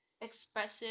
expressive